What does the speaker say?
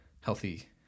Healthy